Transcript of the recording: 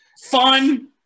fun